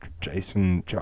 Jason